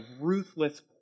ruthless